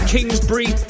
Kingsbury